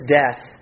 death